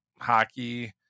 hockey